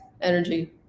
energy